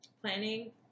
Planning